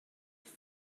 است